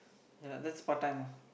yeah that's part time ah